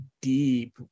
deep